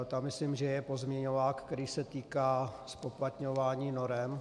Tam myslím, že je pozměňovák, který se týká zpoplatňování norem.